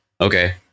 Okay